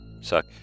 Suck